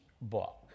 book